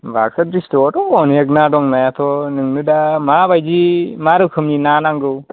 बाक्सा डिस्ट्रिकआवथ' अनेख ना दं नायाथ' नोंनो दा माबायदि मा रोखोमनि ना नांगौ